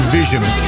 Vision